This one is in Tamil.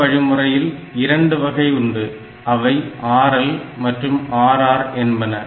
இந்த வழிமுறையில் இரண்டு வகை உண்டு அவை RL மற்றும் RR என்பன